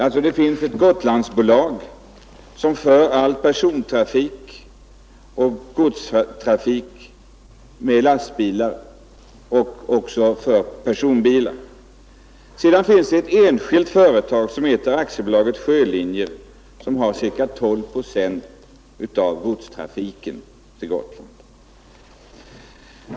Det finns ett Gotlandsbolag, som för all persontrafik och godstrafik med lastbilar och som även för personbilar. Sedan finns det ett enskilt företag, Aktiebolaget Sjölinjer, som har ca 12 procent av godstrafiken på Gotland.